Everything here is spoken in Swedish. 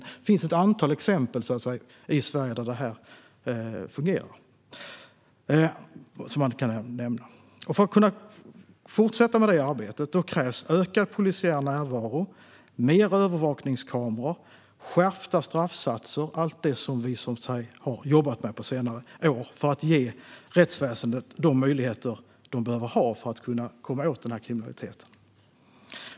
Man kan nämna ett antal exempel i Sverige där det här fungerar. För att kunna fortsätta med det arbetet krävs ökad polisiär närvaro, fler övervakningskameror och skärpta straffsatser, allt det som vi har jobbat med på senare år för att ge rättsväsendet de möjligheter som behövs för att komma åt den här kriminaliteten.